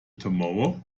tomorrow